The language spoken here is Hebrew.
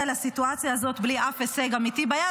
לסיטואציה הזאת בלי אף הישג אמיתי ביד,